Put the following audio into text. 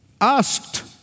asked